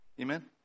Amen